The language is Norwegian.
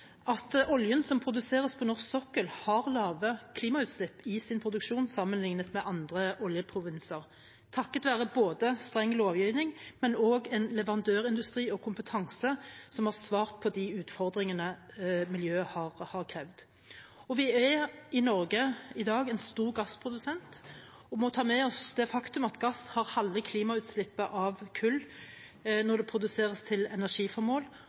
at oljen som produseres på norsk sokkel, har lave klimautslipp i sin produksjon sammenlignet med andre oljeprovinser, takket være både streng lovgivning og en leverandørindustri og en kompetanse som har svart på de utfordringene miljøet har krevd. Norge er i dag en stor gassprodusent, og vi må ta med oss det faktum at gass har halve klimautslippet av kull når det produseres til energiformål,